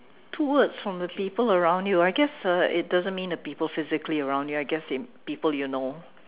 two words from the people around you I guess uh it doesn't mean the people physically around you I guess it people you know